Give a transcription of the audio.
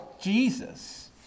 Jesus